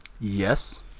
Yes